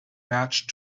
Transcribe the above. match